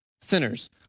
sinners